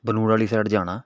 ਬਨੂੜ ਵਾਲੀ ਸਾਈਡ ਜਾਣਾ